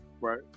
right